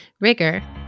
rigor